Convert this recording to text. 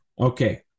Okay